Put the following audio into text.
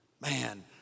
Man